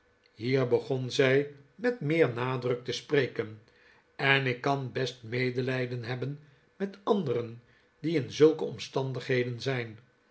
hier begon zij met meer nadruk te spreken en ik kan best medelijden hebben met anderen die in zulke omstandigheden zijn